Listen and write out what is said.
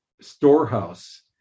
storehouse